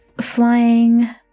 flying